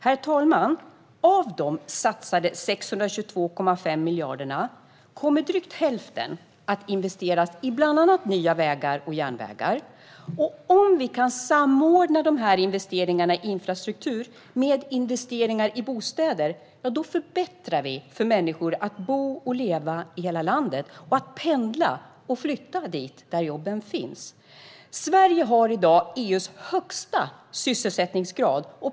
Herr talman! Av de satsade 622,5 miljarderna kommer drygt hälften att investeras i bland annat nya vägar och järnvägar. Om vi kan samordna investeringarna i infrastruktur med investeringar i bostäder förbättrar vi möjligheterna för människor att bo och leva i hela landet och att pendla och flytta dit jobben finns. Sverige har i dag EU:s högsta sysselsättningsgrad.